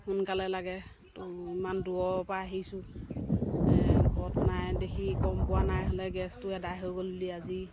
সোনকালে লাগে তো ইমান দূৰৰপৰা আহিছোঁ ঘৰত নাই দেখি গম পোৱা নাই হ'লে গেছটো এদায় হৈ গ'ল বুলি আজি